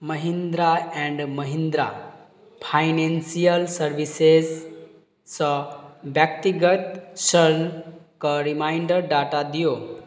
Mahindra and Mahindra financial सर्विसेजसँ व्यक्तिगत कऽ रिमाइंडर डाटा दियौ